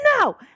No